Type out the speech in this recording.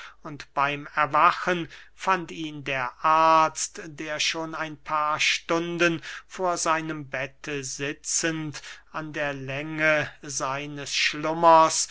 und beym erwachen fand ihn der arzt der schon ein paar stunden vor seinem bette sitzend an der länge seines schlummers